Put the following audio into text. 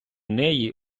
неї